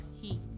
heat